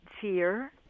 Fear